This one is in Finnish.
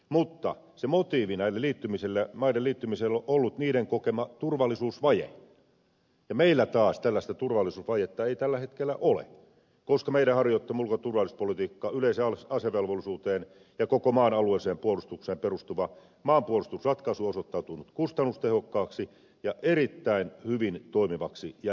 mutta se motiivi näiden maiden liittymiselle on ollut niiden kokema turvallisuusvaje ja meillä taas tällaista turvallisuusvajetta ei tällä hetkellä ole koska meidän harjoittamamme ulko ja turvallisuuspolitiikka yleiseen asevelvollisuuteen ja koko maan alueelliseen puolustukseen perustuva maanpuolustusratkaisu on osoittautunut kustannustehokkaaksi ja erittäin hyvin toimivaksi järjestelmäksi